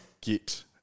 get